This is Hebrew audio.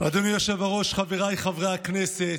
אדוני היושב-ראש, חבריי חברי הכנסת,